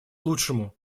лучшему